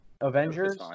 Avengers